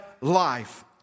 life